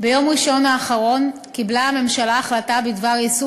ביום ראשון האחרון קיבלה הממשלה החלטה בדבר יישום